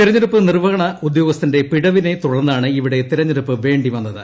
തിരഞ്ഞെടുപ്പ് നിർവ്വഹണ ഉദ്യോഗസ്ഥന്റെ പിഴ വിനെ തുടർന്നാണ് ഇവിടെ തിരഞ്ഞെടുപ്പ് വേണ്ടി വന്നത്